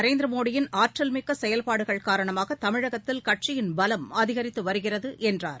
நரேந்திர மோடியின் ஆற்றல்மிக்க செயல்பாடுகள் காரணமாக தமிழகத்தில் கட்சியின் பலம் அதிகரித்து வருகிறது என்றார்